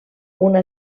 una